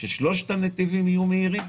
ששלושת הנתיבים יהיו מהירים?